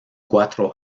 cuatro